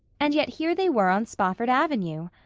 and yet here they were on spofford avenue!